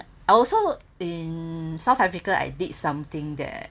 I also in south africa I did something there